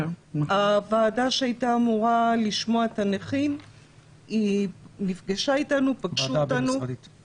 מהוועדה שהייתה אמורה לשמוע את הנכים נפגשו אותנו בירושלים,